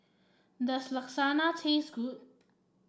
does Lasagna taste good